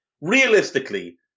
Realistically